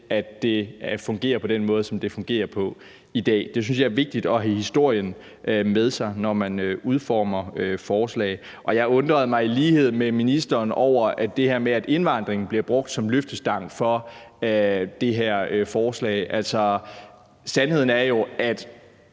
at det fungerer på den måde, som det fungerer på i dag. Jeg synes, det er vigtigt at have historien med sig, når man udformer forslag. Jeg undrede mig i lighed med ministeren over det her med, at indvandringen bliver brugt som løftestang for det her forslag. Altså, sandheden er jo, at